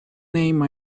name